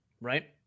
Right